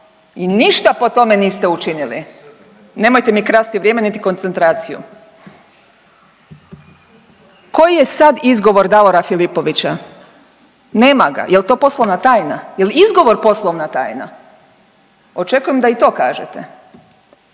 i ništa po tome niste učinili. Nemojte mi krasti vrijeme, niti koncentraciju! Koji je sad izgovor Davora Filipovića? Nema ga. Jel' to poslovna tajna? Jel' izgovor poslovna tajna? Očekujem da i to kažete.